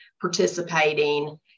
participating